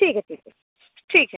ठीक है ठीक है ठीक है